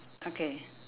okay